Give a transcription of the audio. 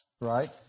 right